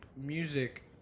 music